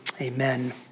amen